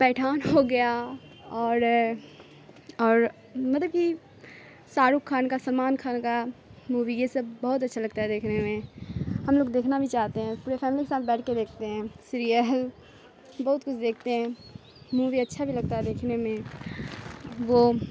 پیٹھان ہو گیا اور اور مطلب کہ شاہ رخ خان کا سامان خان کا مووی یہ سب بہت اچھا لگتا ہے دیکھنے میں ہم لوگ دیکھنا بھی چاہتے ہیں پورے فیملی کے ساتھ بیٹھ کے دیکھتے ہیں سیریل بہت کچھ دیکھتے ہیں مووی اچھا بھی لگتا ہے دیکھنے میں وہ